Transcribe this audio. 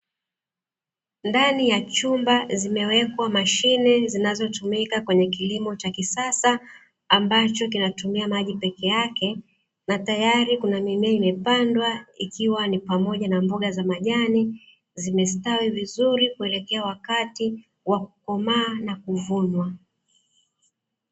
Ndani ya chumba zimewekwa mashine zinazotumika kwenye kilimo cha kisasa, ambacho kinachotumika maji peke yake. Na tayari kuna mimea imepandwa ikiwa ni pamoja na mboga za majani, zimestawi vizuri kuelekea wakati wa kukomaa na kuvunwa.